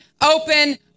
open